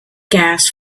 gas